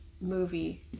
movie